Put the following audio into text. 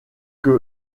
que